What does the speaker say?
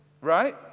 right